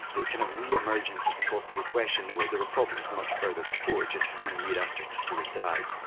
the kind of re-emergence of the kosovo question, there were there were problems much further before. just one year after tito had died,